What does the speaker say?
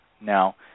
Now